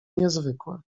niezwykłe